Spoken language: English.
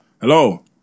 Hello